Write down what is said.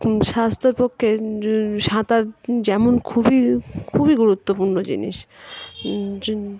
স্বাস্থ্যর পক্ষে সাঁতার যেমন খুবই খুবই গুরুত্বপূর্ণ জিনিস